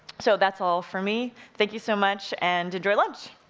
so that's all for me. thank you so much and enjoy lunch!